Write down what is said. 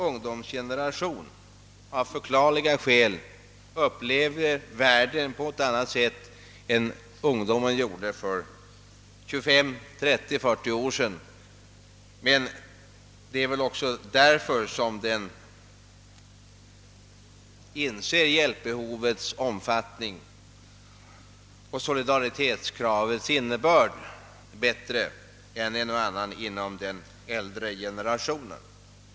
ungdom upplever av förklarliga skäl världen på ett annat sätt än ungdomen gjorde för 25, 30 eller 40 år sedan, men det är väl också därför som den inser hjälpbehovets omfattning och solidaritetskravets innebörd bättre än en och annan inom den äldre generationen.